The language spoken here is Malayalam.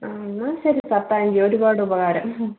എന്നാ ശരി സർ താങ്ക് യു ഒരുപാട് ഉപകാരം